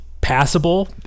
passable